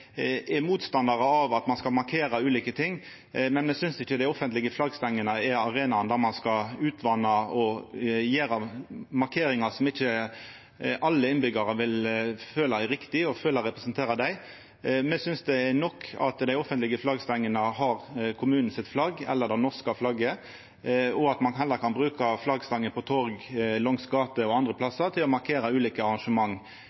er motstandarar av at ein skal markera ulike ting, men me synest ikkje dei offentlege flaggstengene er arenaer ein skal vatna ut, og der ein skal gjera markeringar som ikkje alle innbyggjarane vil føla er riktige og vil føla representerer dei. Me synest det er nok at dei offentlege flaggstengene har flagget til kommunen eller det norske flagget, og at ein heller kan bruka flaggstenger på torg, langs gater og andre